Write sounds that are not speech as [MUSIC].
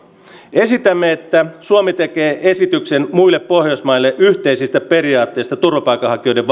esitämme että suomi tekee esityksen muille pohjoismaille yhteisistä periaatteista turvapaikanhakijoiden [UNINTELLIGIBLE]